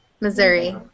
Missouri